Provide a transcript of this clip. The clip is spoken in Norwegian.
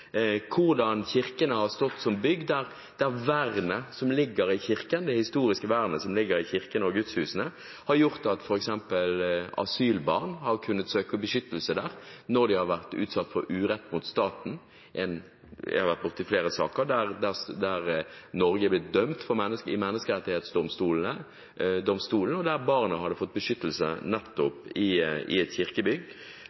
kirken og gudshusene, har gjort at f.eks. asylbarn har kunnet søke beskyttelse der når de har vært utsatt for urett fra staten. Jeg har vært borti flere saker der Norge er blitt dømt i Menneskerettighetsdomstolen, der barnet hadde fått beskyttelse nettopp i et kirkebygg.